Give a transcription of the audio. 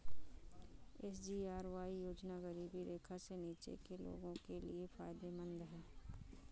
SGRY योजना गरीबी रेखा से नीचे के लोगों के लिए फायदेमंद है